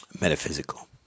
metaphysical